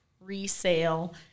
resale